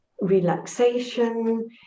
relaxation